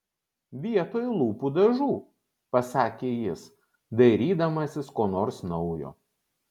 vietoj lūpų dažų pasakė jis dairydamasis ko nors naujo